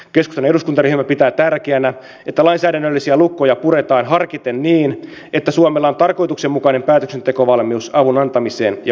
keskustan eduskuntaryhmä pitää tärkeänä että lainsäädännöllisiä lukkoja puretaan harkiten niin että suomella on tarkoituksenmukainen päätöksentekovalmius avun antamiseen ja vastaanottamiseen